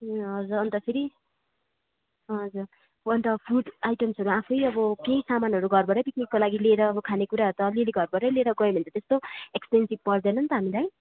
ए हजुर अन्तखेरि हजुर अन्त फ्रुट आइटम्सहरू आफै अब केही सामानहरू घरबाटै पिकनिककै लागि लिएर अब खानेकुराहरू त अलिअलि घरबाटै लिएर गए भने त त्यस्तो एक्सपेन्सिभ पर्दैन नि त हामीलाई